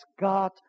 God